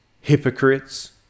hypocrites